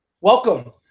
welcome